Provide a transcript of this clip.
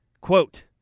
Quote